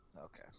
okay